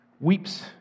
weeps